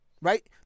right